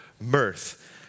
mirth